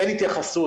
אין התייחסות,